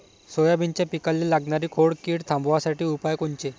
सोयाबीनच्या पिकाले लागनारी खोड किड थांबवासाठी उपाय कोनचे?